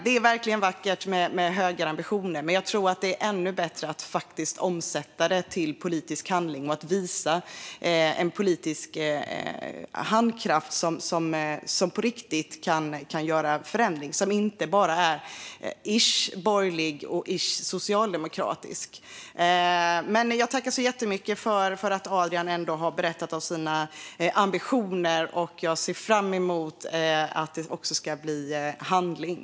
Det är verkligen vackert med högre ambitioner, men jag tror faktiskt att det är ännu bättre att omsätta det i politisk handling och visa politisk handlingskraft som på riktigt kan innebära förändring och inte bara är borgerlig-ish och socialdemokratisk-ish. Jag tackar så mycket för att Adrian Magnusson har berättat om sina ambitioner, och jag ser fram emot att det också ska bli handling.